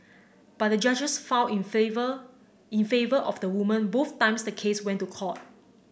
but the judges found in favour in favour of the woman both times the case went to court